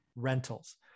Rentals